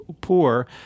poor